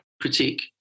critique